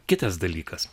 kitas dalykas